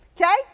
Okay